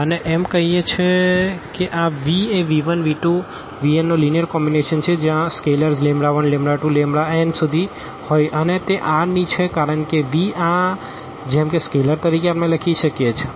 અને એમ કહીએ છીએ કે આ V એ v1v2vn નો લીનીઅર કોમ્બીનેશન છે જો ત્યાં સ્કેલેર્સ12n હોય તો અને તે R ની છે કારણ કે V આ જેમ કે સ્કેલેર્સ તરીકે આપણે લખી શકીએ છીએ